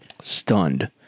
stunned